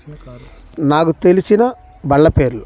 నాకు తెలిసిన బండ్ల పేర్లు